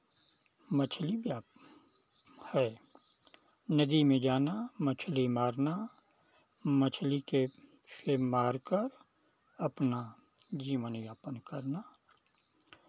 मछली व्या है नदी में जाना मछली मारना मछली के से मारकर अपना जीवन यापन करना